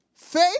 Faith